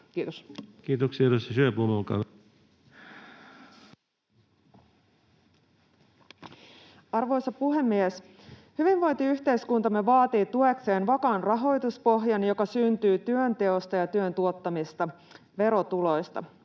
olkaa hyvä. Arvoisa puhemies! Hyvinvointiyhteiskuntamme vaatii tuekseen vakaan rahoituspohjan, joka syntyy työnteosta ja työn tuottamista verotuloista.